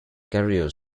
career